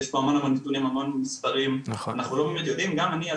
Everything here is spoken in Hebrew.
יש בו המון נתונים, המון מספרים, אפילו אני עם